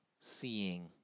seeing